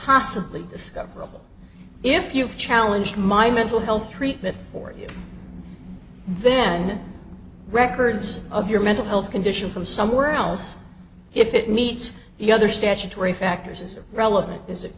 possibly discoverable if you challenge my mental health treatment for you then records of your mental health condition from somewhere else if it meets the other statutory factors is relevant is it